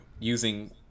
using